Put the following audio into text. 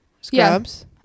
Scrubs